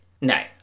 No